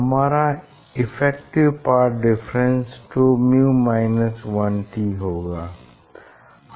हमारा effective path difference 2µ 1t होगा